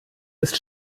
ist